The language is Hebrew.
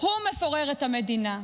הוא מפורר את המדינה,